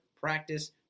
practice